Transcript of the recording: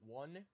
one